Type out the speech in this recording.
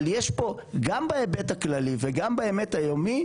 יש פה גם בהיבט הכללי וגם בהיבט היומי